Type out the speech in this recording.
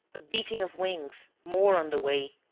a beating of wings more on the way.